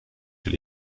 chez